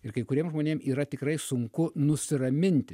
ir kai kuriem žmonėm yra tikrai sunku nusiraminti